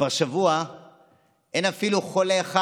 כבר שבוע אין אפילו חולה אחד,